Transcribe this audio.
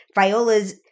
Viola's